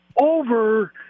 over